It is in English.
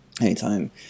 Anytime